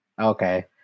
okay